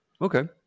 Okay